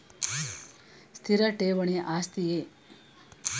ಸ್ಥಿರ ಠೇವಣಿ ಆಸ್ತಿಯೇ?